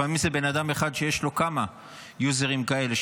לפעמים זה בן אדם אחד שיש לו כמה יוזרים כאלה,